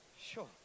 sure